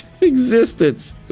existence